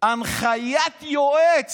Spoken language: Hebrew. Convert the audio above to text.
הנחיית יועץ.